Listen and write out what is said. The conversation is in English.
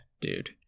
dude